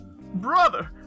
Brother